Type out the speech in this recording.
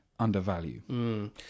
undervalue